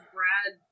Brad